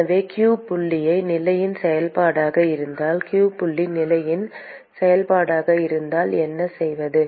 எனவே q புள்ளியே நிலையின் செயல்பாடாக இருந்தால் q புள்ளி நிலையின் செயல்பாடாக இருந்தால் என்ன செய்வது